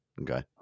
Okay